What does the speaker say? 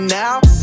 now